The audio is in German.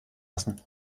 lassen